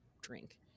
drink